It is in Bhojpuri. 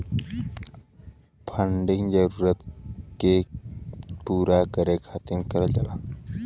फंडिंग जरूरत के पूरा करे खातिर करल जाला